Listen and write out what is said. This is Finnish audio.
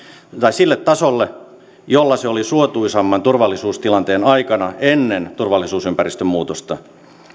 sille tasolle jolla se oli suotuisamman turvallisuustilanteen aikana ennen turvallisuusympäristön muutosta